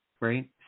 right